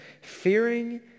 fearing